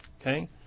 Okay